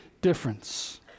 difference